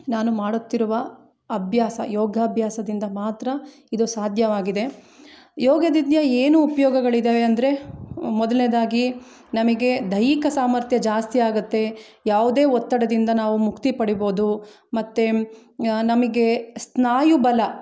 ನಾನು ಮಾಡುತ್ತಿರುವ ಅಭ್ಯಾಸ ಯೋಗಾಭ್ಯಾಸದಿಂದ ಮಾತ್ರ ಇದು ಸಾಧ್ಯವಾಗಿದೆ ಯೋಗದಿಂದ ಏನು ಉಪಯೋಗಗಳಿದಾವೆ ಅಂದರೆ ಮೊದಲನೇದಾಗಿ ನಮಗೆ ದೈಹಿಕ ಸಾಮರ್ಥ್ಯ ಜಾಸ್ತಿ ಆಗುತ್ತೆ ಯಾವುದೇ ಒತ್ತಡದಿಂದ ನಾವು ಮುಕ್ತಿಪಡಿಬೌದು ಮತ್ತೆ ನಮಗೆ ಸ್ನಾಯುಬಲ